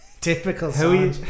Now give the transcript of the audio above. Typical